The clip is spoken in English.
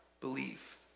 believe